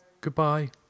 Goodbye